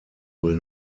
will